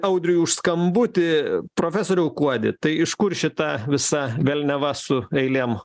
audriui už skambutį profesoriau kuodi tai iš kur šita visa velniava su eilėm